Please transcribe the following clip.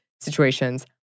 situations